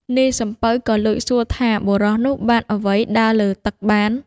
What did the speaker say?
នាយសំពៅក៏លួចសួរថាបុរសនោះបានអ្វីដើរលើទឹកបាន។